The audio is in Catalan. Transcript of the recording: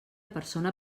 persona